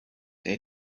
der